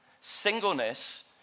Singleness